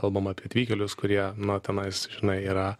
kalbama apie atvykėlius kurie na tenais žinai yra